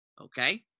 Okay